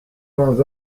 vingts